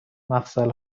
مفصل